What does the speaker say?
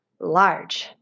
large